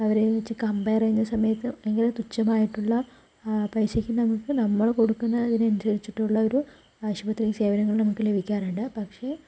അവരെ വച്ച് കമ്പയർ ചെയ്യുന്ന സമയത്ത് ഭയങ്കര തുച്ഛമായിട്ടുള്ള പൈസക്ക് നമുക്ക് നമ്മള് കൊടുക്കുന്ന അതിനനുസരിച്ചിട്ടുള്ള ഒരു ആശുപത്രി സേവനങ്ങള് നമുക്ക് ലഭിക്കാറുണ്ട് പക്ഷേ